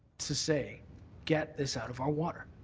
to say get this out of our water.